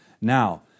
Now